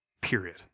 Period